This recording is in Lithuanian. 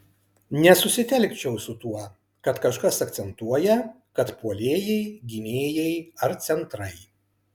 nesusitelkčiau su tuo kad kažkas akcentuoja kad puolėjai gynėjai ar centrai